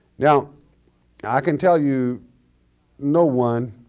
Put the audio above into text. now i can tell you no one